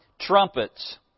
trumpets